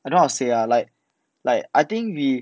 I don't know how to say ah like like I think we